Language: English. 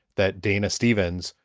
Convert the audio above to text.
that dana stevens,